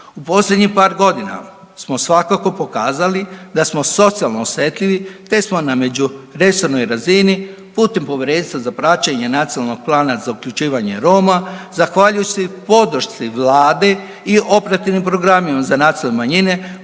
U posljednjih par godina smo svakako pokazali da smo socijalno osjetljivi, te smo na međuresornoj razini putem Povjerenstva za praćenje Nacionalnog plana za uključivanje Roma zahvaljujući podršci vlade i operativnim programima za nacionalne manjine